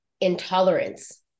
intolerance